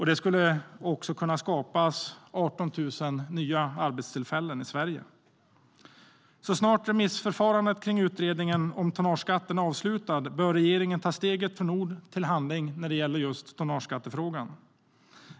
Det skulle också kunna skapas 18 000 nya arbetstillfällen i Sverige.Så snart remissförfarandet kring utredningen om tonnageskatten är avslutat bör regeringen ta steget från ord till handling.